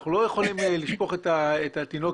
אנחנו לא יכולים לשפוך את התינוק עם המים.